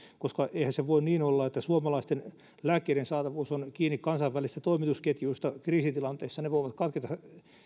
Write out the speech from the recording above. koska eihän se voi niin olla että suomalaisten lääkkeiden saatavuus on kiinni kansainvälisistä toimitusketjuista kriisitilanteissa ne voivat katketa